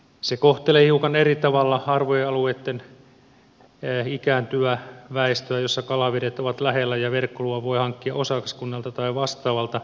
se kohtelee hiukan eri tavalla harvaan asuttujen alueitten ikääntyvää väestöä missä kalavedet ovat lähellä ja verkkoluvan voi hankkia osakaskunnalta tai vastaavalta